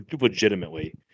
legitimately